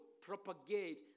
propagate